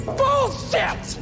bullshit